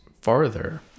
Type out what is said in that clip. farther